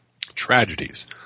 tragedies